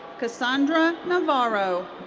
cassandra navarro.